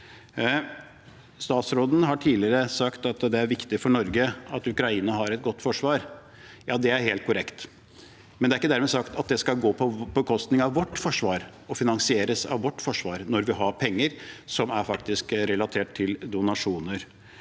Statsråden har tidligere sagt at det er viktig for Norge at Ukraina har et godt forsvar. Ja, det er helt korrekt, men det er ikke dermed sagt at det skal gå på bekostning av vårt forsvar, og finansieres av vårt forsvar, når vi har penger som faktisk er relatert til donasjoner.